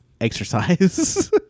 exercise